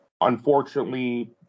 Unfortunately